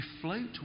float